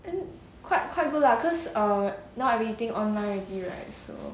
think quite quite good lah cause err now everything online already right so